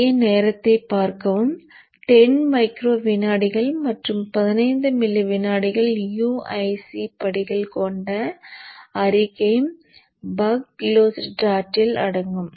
A 10 micro விநாடிகள் மற்றும் 15 milli வினாடிகள் UIC படிகள் கொண்ட அறிக்கை பக் closed டாட்டில் அடங்கும்